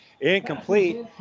incomplete